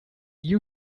new